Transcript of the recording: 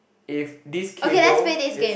if this cable is